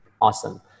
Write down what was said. awesome